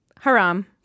Haram